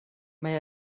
mae